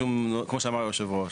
כמו שאמר יושב הראש,